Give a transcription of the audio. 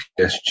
PSG